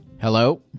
Hello